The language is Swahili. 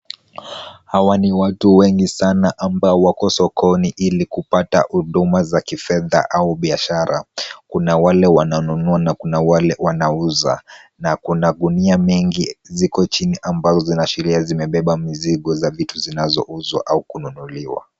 Hawa ni watu wengi sana ambao wako sokoni ili kupata huduma za kifedha au biashara, kuna wale wananunua na kuna wale wanaouza na kuna gunia mingi ziko chini ambazo zinaashiria zimebeba mizigo zinazouzwa au kununuliwa.